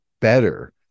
better